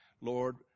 Lord